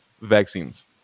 vaccines